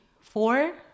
four